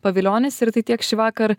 pavilionis ir tai tiek šįvakar